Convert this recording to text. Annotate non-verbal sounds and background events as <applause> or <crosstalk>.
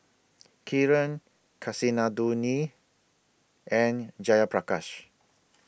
<noise> Kiran Kasinadhuni and Jayaprakash